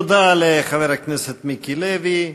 תודה לחבר הכנסת מיקי לוי.